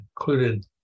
included